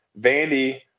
Vandy